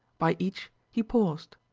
by each he paused,